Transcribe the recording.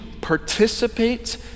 participate